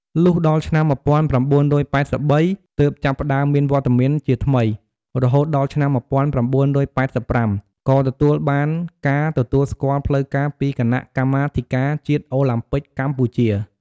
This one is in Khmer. លុះដល់ឆ្នាំ ១៩៨៣ ទើបចាប់ផ្តើមមានវត្តមានជាថ្មី រហូតដល់ឆ្នាំ ១៩៨៥ ក៏ទទួលបានការទទួលស្គាល់ផ្លូវការពីគណៈកម្មាធិការជាតិអូឡាំពិកកម្ពុជា។